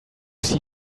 see